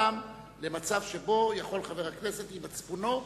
אותם למצב שבו יכול חבר הכנסת, עם מצפונו,